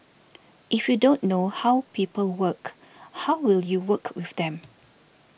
if you don't know how people work how will you work with them